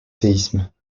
séismes